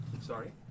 Sorry